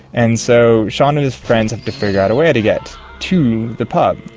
and so shaun and his friends have to figure out a way to get to the pub.